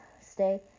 stay